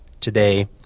today